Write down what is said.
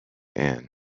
anne